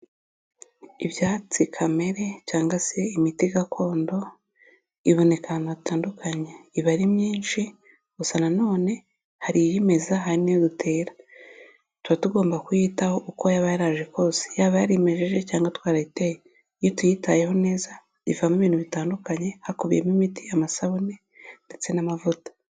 Ibyatsi kamere cyangwa se imiti gakondo iboneka ahantu hatandukanye iba ari myinshi, gusa nanone hari iyimeza hari niyo dutera, tuba tugomba kuyitaho uko yaba yaraje kose yaba yarimejeje cyangwa twarayiteye; iyo tuyitayeho neza ivamo ibintu bitandukanye hakubiyemo imiti amasabune ndetse n'amavuta.